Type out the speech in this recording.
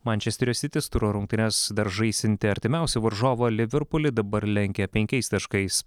mančesterio sitis turo rungtynes dar žaisiantį artimiausią varžovą liverpulį dabar lenkia penkiais taškais